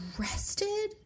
arrested